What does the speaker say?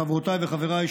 חברותיי וחבריי,